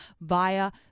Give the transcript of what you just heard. via